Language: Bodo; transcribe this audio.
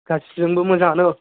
गासिबजोंबो मोजाङानो